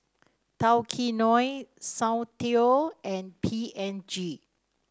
Tao Kae Noi Soundteoh and P and G